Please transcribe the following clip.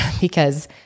because-